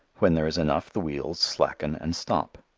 when there is enough the wheels slacken and stop.